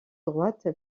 droite